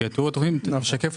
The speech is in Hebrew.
כי פירוט התכנית משקף,